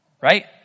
right